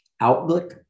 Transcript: outlook